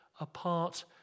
apart